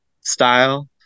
style